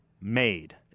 made